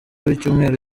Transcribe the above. w’icyumweru